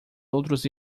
outros